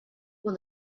when